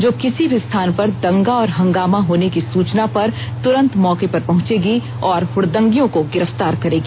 जो किसी मी स्थान पर दंगा और हंगामा होने की सूचना पर तुरंत मौके पर पहुंचेगी और हुड़दंगियों को गिरफ्तार करेगी